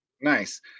nice